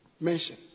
mention